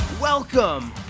Welcome